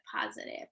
positive